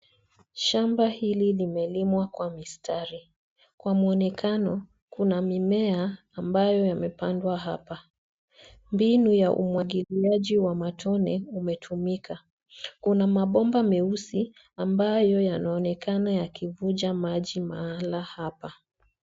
Shamba hili limelimwa kwa mistari, kwa mwonekano, kuna mimea ambayo yamepandwa hapa. Mbinu ya umwagiliaji wa matone umetumika. Kuna mabomba meusi ambayo yanaonekana yakivuja maji mahala hapa.